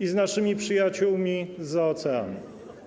i z naszymi przyjaciółmi zza oceanu.